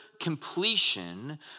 completion